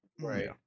Right